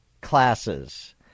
classes